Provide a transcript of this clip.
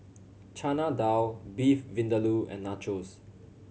Chana Dal Beef Vindaloo and Nachos